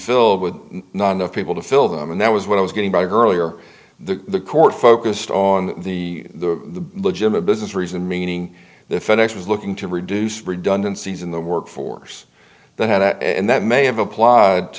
filled with not enough people to fill them and that was what i was getting by her earlier the court focused on the the legitimate business reason meaning the fed ex was looking to reduce redundancies in the workforce that had that and that may have applied to